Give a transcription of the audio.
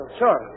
sure